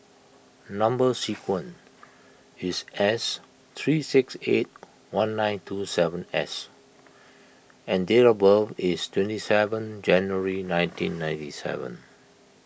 Number Sequence is S three six eight one nine two seven S and date of birth is twenty seven January one thousand nine hundred and ninety seven